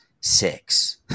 six